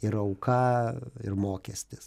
ir auka ir mokestis